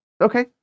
Okay